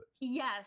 Yes